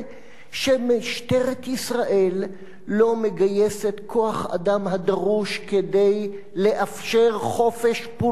שמשטרת ישראל לא מגייסת כוח-אדם הדרוש כדי לאפשר חופש פולחן,